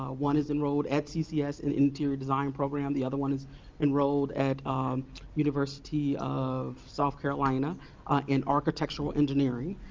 ah one is enrolled at ccs in interior design program. the other one is enrolled at university of south carolina in architectural engineering.